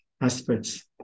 aspects